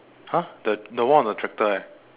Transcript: !huh! the the one on the tractor eh